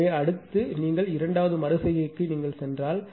எனவே அடுத்து நீங்கள் இரண்டாவது மறு செய்கைக்குச் சென்றால்